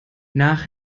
nach